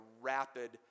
rapid